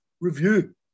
review